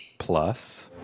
Plus